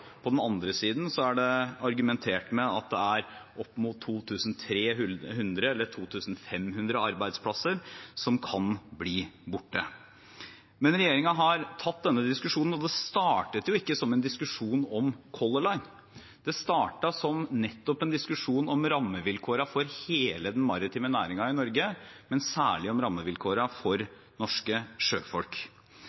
på den andre siden er det argumentert med at det er opp mot 2 300 eller 2 500 arbeidsplasser som kan bli borte. Regjeringen har tatt denne diskusjonen. Det startet ikke som en diskusjon om Color Line, det startet som en diskusjon om rammevilkårene for hele den maritime næringen i Norge, men særlig om rammevilkårene for